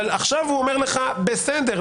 אבל עכשיו הוא אומר לך: בסדר,